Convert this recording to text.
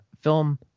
Film